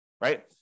right